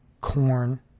Corn